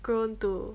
grown too